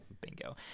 bingo